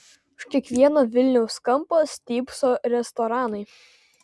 už kiekvieno vilniaus kampo stypso restoranai